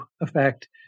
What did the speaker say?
effect